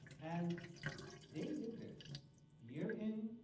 and they did this year-in,